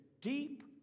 deep